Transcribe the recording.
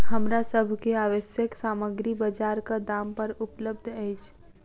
हमरा सभ के आवश्यक सामग्री बजारक दाम पर उपलबध अछि